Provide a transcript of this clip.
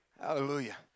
Hallelujah